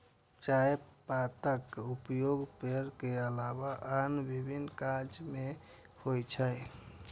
चायक पातक उपयोग पेय के अलावा आन विभिन्न काज मे होइ छै